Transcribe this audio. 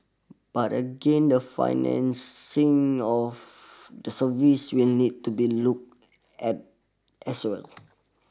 but again the financing of these services we needs to be looked at as well